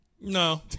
No